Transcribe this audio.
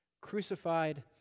crucified